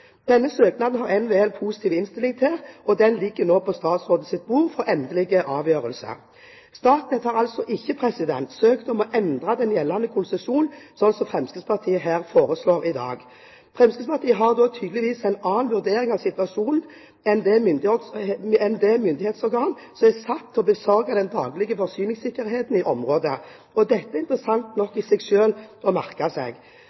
Denne søknaden har NVE positiv innstilling til, og den ligger nå på statsrådens bord for endelig avgjørelse. Statnett har altså ikke søkt om å endre den gjeldende konsesjonen, slik Fremskrittspartiet her foreslår i dag. Fremskrittspartiet har tydeligvis en annen vurdering av situasjonen enn det myndighetsorganet som er satt til å besørge den daglige forsyningssikkerheten i området, har. Dette er interessant nok å merke seg